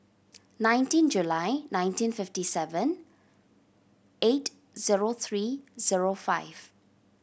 nineteen July nineteen fifty seven eight zero three zero five